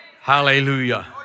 Hallelujah